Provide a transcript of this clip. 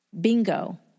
Bingo